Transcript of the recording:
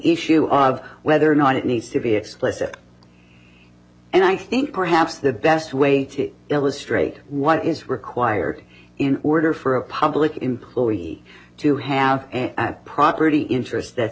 issue of whether or not it needs to be explicit and i think perhaps the best way to illustrate what is required in order for a public employee to have a property interest that